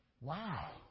Wow